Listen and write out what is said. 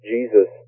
Jesus